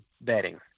bedding